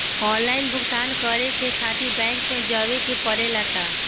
Online भुगतान करे के खातिर बैंक मे जवे के पड़ेला का?